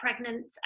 pregnant